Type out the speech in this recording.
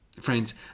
Friends